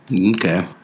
Okay